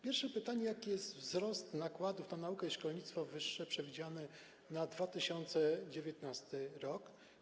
Pierwsze pytanie, jaki jest wzrost nakładów na naukę i szkolnictwo wyższe przewidziany na 2019 r.